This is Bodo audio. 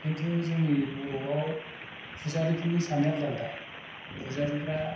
खिनथु जोंनि बर'आव फुजारिफोरनि साननाया आलदा आलदा फुजारिफ्रा